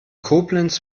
koblenz